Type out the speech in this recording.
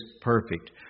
perfect